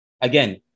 Again